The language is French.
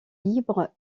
libre